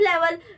level